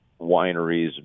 wineries